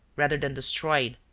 rather than destroyed,